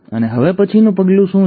અને હવે પછીનું પગલું શું છે